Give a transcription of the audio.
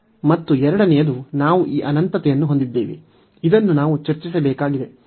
ಮತ್ತು ಎರಡನೆಯದು ನಾವು ಈ ಅನಂತತೆಯನ್ನು ಹೊಂದಿದ್ದೇವೆ ಇದನ್ನು ನಾವು ಚರ್ಚಿಸಬೇಕಾಗಿದೆ